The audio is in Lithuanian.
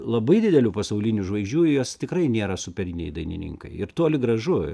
labai dideliu pasaulinių žvaigždžių jos tikrai nėra superiniai dainininkai ir toli gražu